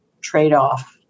trade-off